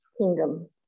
kingdom